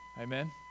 Amen